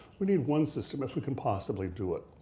we need one system if we can possibly do it.